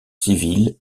civils